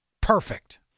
perfect